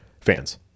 fans